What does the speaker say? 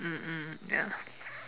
mm mm ya